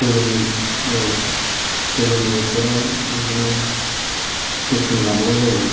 गोलोम गोलोम बोथोराव बिदिनो जोथोन लानांगौ जायो